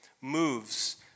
moves